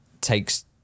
takes